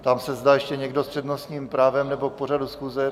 Ptám se, zda ještě někdo s přednostním právem nebo k pořadu schůze.